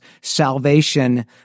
salvation